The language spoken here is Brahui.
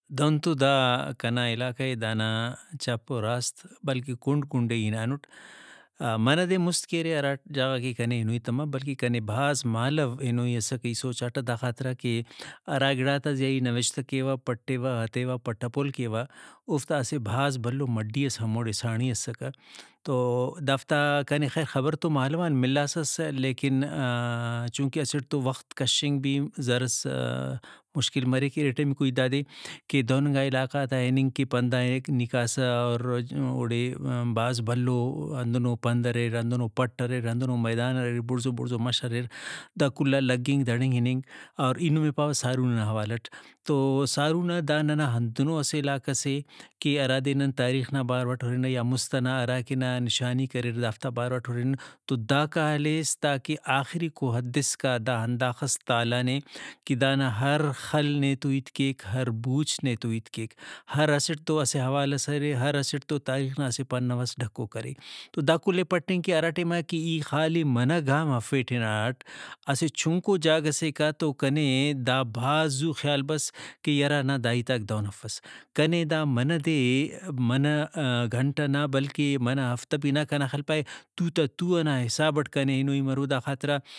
دہن تو دا کنا علاقہ اے دانا چپ ؤ راست ئے بلکہ کُنڈ کُنڈ ئے ای ہنانُٹ۔ منہ دے مُست کہ ارے ہرا جاگہ غا کہ ہنوئی تما بلکہ کنے کنے بھاز مہالو ہنوئی اسک ای سوچاٹہ دا خاطران کہ ہرا گڑا تاتا کہ ای نوشتہ کیوہ پٹوہ ہتیوہ پٹ پول کیوہ اوفتا اسہ بھاز بھلو مڈی ئس ہموڑے ساڑی اسکہ تو دافتا کنے خیر خبر تو مہالو آن ملاسس لیکن چونکہ اسٹ تو وخت کشنگ بھی زرس مشکل مریک ارٹمیکو ہیت دادے کہ دہننگا علاقہ آتا اِننگ کہ پندا ایک نی کاسہ اور اوڑے بھاز بھلو ہندنو بند اریر ہندنو پٹ اریر ہندنو میدان اریر بُڑزو بُڑزو مش اریر دا کل آ لگنگ دڑنگ اِننگ اور ای نمے پاوہ سارونا نا حوالہ اٹ تو سارونہ دا ننا ہندنو اسہ علاقہ سے کہ ہرادے نن تاریخ نا باروٹ ہُرنہ یا مُست ئنا ہراکہ نا نشانیک اریر دافتا باروٹ ہُرن تو داکا ہلیس تاکہ آخریکو انت اسکا دا ہندا خس تالان اے کہ دانا ہر خل نیتو ہیت کیک ہر بُوچ نیتو ہیت کیک ہر اسٹ تو اسہ حوالس ارے ہر اسٹ تو تاریخ نا اسہ پنـو ئس ڈھکوک ارے۔ دا کل ئے پٹینگ کہ ہراٹیما کہ ای خالی منہ گام ہرفیٹ ہناٹ اسہ چنکو جاگہ سے کا تو کنے دا بھاز زو خیال بس کہ یرہ نہ داہیتاک دہن افس کنے دا منہ دے منہ گھنٹہ نہ بلکہ منہ ہفتہ بھی نہ کنا خیال پائے تُو تا تُو ئنا حسابٹ کنے ہنوئی مرو دا خاطران